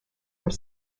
were